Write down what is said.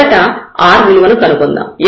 మొదట r విలువను కనుగొందాం